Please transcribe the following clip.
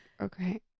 okay